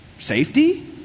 Safety